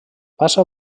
passa